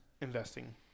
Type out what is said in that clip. investing